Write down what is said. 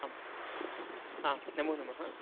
आम् आं नमो नमः